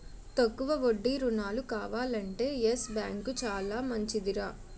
తక్కువ వడ్డీ రుణాలు కావాలంటే యెస్ బాంకు చాలా మంచిదిరా